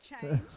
change